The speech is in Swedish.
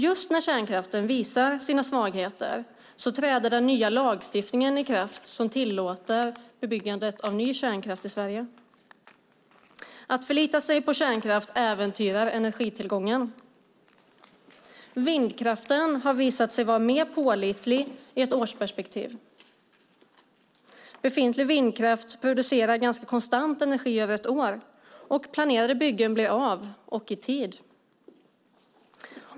Just när kärnkraften visar sina svagheter träder den nya lagstiftningen i kraft, som tillåter byggandet av ny kärnkraft i Sverige. Att förlita sig på kärnkraft äventyrar energitillgången. Vindkraften har visat sig vara mer pålitlig i ett årsperspektiv. Befintlig vindkraft producerar ganska konstant energi över ett år, och planerade byggen blir av och i tid.